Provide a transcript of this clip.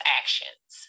actions